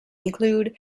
include